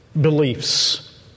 beliefs